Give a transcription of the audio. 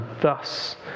thus